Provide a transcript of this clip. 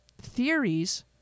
Theories